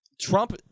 Trump